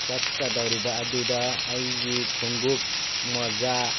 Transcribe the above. ꯆꯠꯀꯗꯧꯔꯤꯕ ꯑꯗꯨꯗ ꯑꯩꯒꯤ ꯈꯣꯡꯎꯞ ꯃꯣꯖꯥ